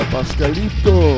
Pascalito